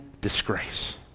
disgrace